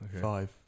Five